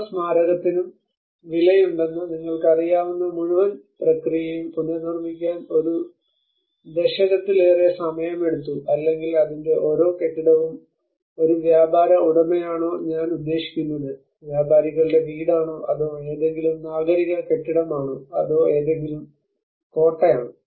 ഓരോ സ്മാരകത്തിനും വിലയുണ്ടെന്ന് നിങ്ങൾക്കറിയാവുന്ന മുഴുവൻ പ്രക്രിയയും പുനർനിർമ്മിക്കാൻ ഒരു ദശകത്തിലേറെ സമയമെടുത്തു അല്ലെങ്കിൽ അതിന്റെ ഓരോ കെട്ടിടവും ഒരു വ്യാപാര ഉടമയാണോ ഞാൻ ഉദ്ദേശിക്കുന്നത് വ്യാപാരികളുടെ വീടാണോ അതോ ഏതെങ്കിലും നാഗരിക കെട്ടിടമാണോ അതോ ഏതെങ്കിലും കോട്ടയാണോ